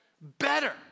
better